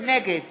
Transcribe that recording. נגד